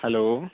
hello